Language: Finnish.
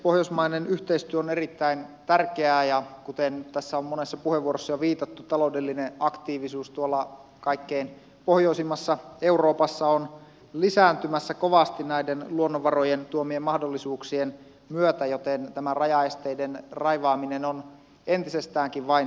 pohjoismainen yhteistyö on erittäin tärkeää ja kuten tässä on monessa puheenvuorossa jo viitattu taloudellinen aktiivisuus tuolla kaikkein pohjoisimmassa euroopassa on lisääntymässä kovasti näiden luonnonvarojen tuomien mahdollisuuksien myötä joten tämä rajaesteiden raivaaminen on entisestäänkin vain tärkeämpää